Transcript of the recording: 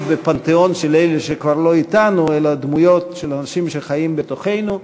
בפנתיאון של אלה שכבר לא אתנו אלא דמויות של אנשים שחיים בתוכנו.